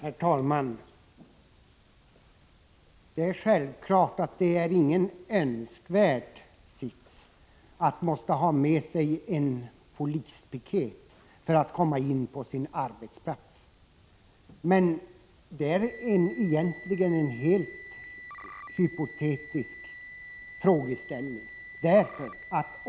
Herr talman! Det är självfallet ingen önskvärd sits att behöva ha med sig en polispiket för att komma in på sin arbetsplats. Men den frågeställningen är egentligen helt hypotetisk.